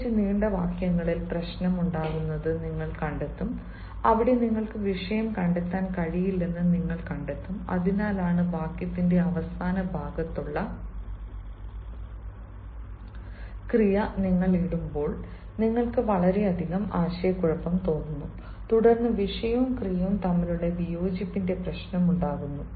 പ്രത്യേകിച്ച് നീണ്ട വാക്യങ്ങളിൽ പ്രശ്നം ഉണ്ടാകുന്നത് നിങ്ങൾ കണ്ടെത്തും അവിടെ നിങ്ങൾക്ക് വിഷയം കണ്ടെത്താൻ കഴിയില്ലെന്ന് നിങ്ങൾ കണ്ടെത്തും അതിനാലാണ് വാക്യത്തിന്റെ അവസാന ഭാഗത്തുള്ള ക്രിയ നിങ്ങൾ ഇടുമ്പോൾ നിങ്ങൾക്ക് വളരെയധികം ആശയക്കുഴപ്പമുണ്ട് തുടർന്ന് വിഷയവും ക്രിയയും തമ്മിലുള്ള വിയോജിപ്പിന്റെ പ്രശ്നം ഉണ്ടാകുന്നു